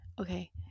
Okay